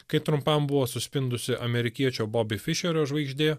kai trumpam buvo suspindusi amerikiečio bobi fišerio žvaigždė